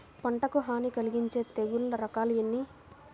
పంటకు హాని కలిగించే తెగుళ్ళ రకాలు ఎన్ని?